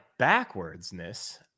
backwardsness